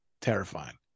terrifying